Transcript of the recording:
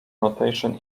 notation